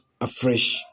afresh